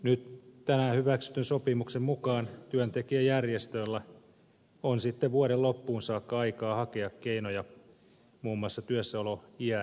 nyt tänään hyväksytyn sopimuksen mukaan työntekijäjärjestöillä on sitten vuoden loppuun saakka aikaa hakea keinoja muun muassa työssäoloiän jatkamiseen